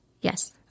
Yes